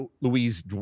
Louise